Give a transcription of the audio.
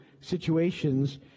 situations